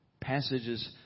Passages